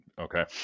Okay